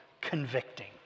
convicting